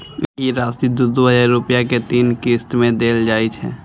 ई राशि दू दू हजार रुपया के तीन किस्त मे देल जाइ छै